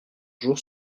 jour